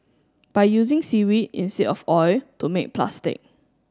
by using seaweed instead of oil to make plastic